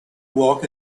walk